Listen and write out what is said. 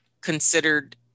considered